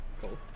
Cool